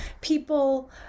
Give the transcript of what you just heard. people